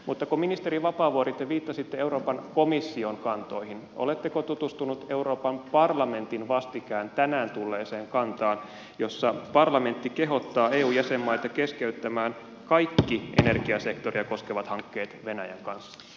mutta kun ministeri vapaavuori te viittasitte euroopan komission kantoihin oletteko tutustunut euroopan parlamentin vastikään tänään tulleeseen kantaan jossa parlamentti kehottaa eu jäsenmaita keskeyttämään kaikki energiasektoria koskevat hankkeet venäjän kanssa